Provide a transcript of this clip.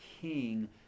king